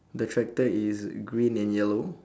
the tractor is green and yellow